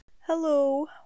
Hello